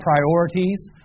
priorities